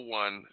one